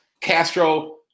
castro